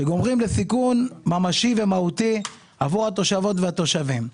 שגורמות לסיכון ממשי ומהותי על התושבות והתושבים.